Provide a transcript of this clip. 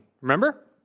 Remember